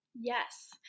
Yes